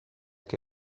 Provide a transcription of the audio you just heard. che